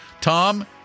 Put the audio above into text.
Tom